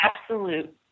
absolute